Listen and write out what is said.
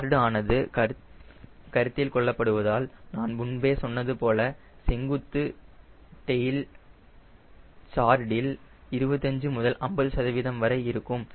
card ஆனது கருத்தில் கொள்ளப்படுவதால் நான் முன்பே சொன்னது போல செங்குத்து டெயில் கார்டில் 25 முதல் 50 சதவீதம் வரை இருக்கும்